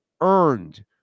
earned